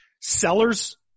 sellers